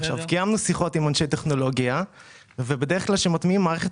קיימנו שיחות עם אנשי טכנולוגיה ובדרך כלל כשמטמיעים מערכת